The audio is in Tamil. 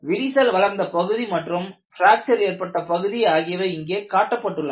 விரிசல் வளர்ந்த பகுதி மற்றும் பிராக்ச்சர் ஏற்பட்ட பகுதி ஆகியவை இங்கே காட்டப்பட்டுள்ளது